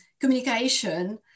communication